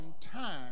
time